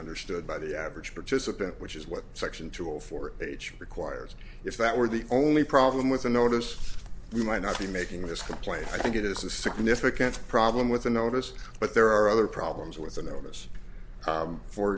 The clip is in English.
understood by the average participant which is what section tool for each requires if that were the only problem with a notice we might not be making this complaint i think it is a significant problem with the notice but there are other problems with the notice